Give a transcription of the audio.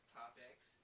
topics